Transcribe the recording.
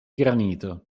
granito